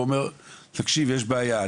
ואומר תקשיב יש בעיה.